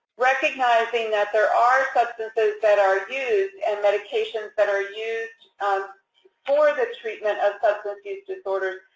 recognizing that there are substances that are used and medications that are used for the treatment of substance use disorders,